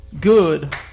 good